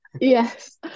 Yes